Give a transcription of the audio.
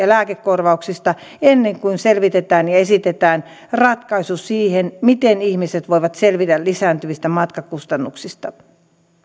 lääkekorvauksista ennen kuin selvitetään ja esitetään ratkaisu siihen miten ihmiset voivat selvitä lisääntyvistä matkakustannuksista